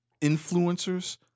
influencers